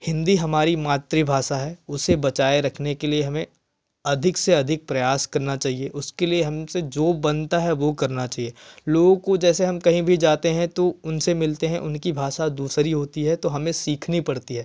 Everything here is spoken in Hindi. हिंदी हमारी मातृभाषा है उसे बचाए रखने के लिए हमें अधिक से अधिक प्रयास करना चाहिए उसके लिए हमसे जो बनता है वह करना चाहिए लोगों को जैसे हम कहीं भी जाते हैं तो उनसे मिलते हैं उनकी भाषा दूसरी होती है तो हमें सीखनी पड़ती है